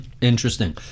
Interesting